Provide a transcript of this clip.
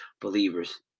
believers